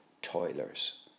toilers